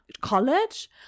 college